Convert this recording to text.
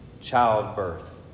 childbirth